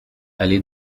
allée